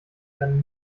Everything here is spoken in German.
werden